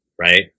Right